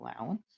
allowance